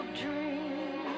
dream